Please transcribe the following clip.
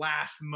Last